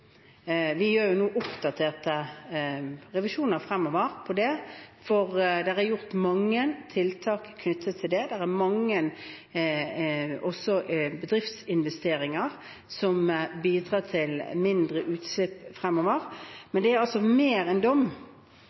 Vi vil ha oppdaterte revisjoner av dette fremover. Det er gjort mange tiltak her. Det er også mange bedriftsinvesteringer som bidrar til mindre utslipp fremover. Det er mer en dom